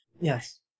yes